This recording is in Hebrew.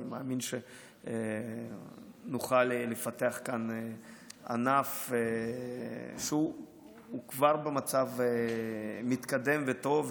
אני מאמין שנוכל לפתח כאן ענף שהוא כבר במצב מתקדם וטוב.